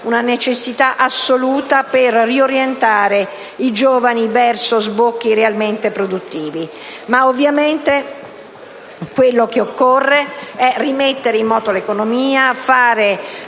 una necessità assoluta per riorientare i giovani verso sbocchi realmente produttivi. Ovviamente, però, ciò che occorre fare è rimettere in moto l'economia, far